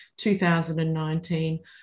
2019